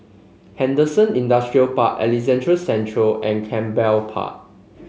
Henderson Industrial Park Alexandra Central and Canberra Park